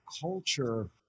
culture